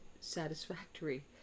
satisfactory